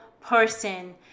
person